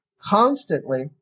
constantly